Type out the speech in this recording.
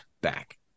back